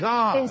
God